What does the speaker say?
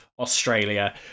Australia